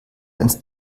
ins